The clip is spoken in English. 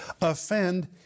offend